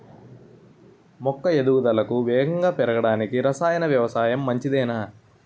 మొక్క ఎదుగుదలకు వేగంగా పెరగడానికి, రసాయన వ్యవసాయం మంచిదేనా?